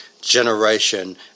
generation